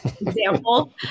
example